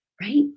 right